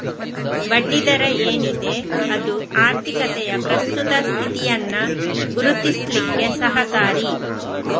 ಬಡ್ಡಿ ದರ ಏನಿದೆ ಅದು ಆರ್ಥಿಕತೆಯ ಪ್ರಸ್ತುತ ಸ್ಥಿತಿಯನ್ನ ಗುರುತಿಸ್ಲಿಕ್ಕೆ ಸಹಕಾರಿ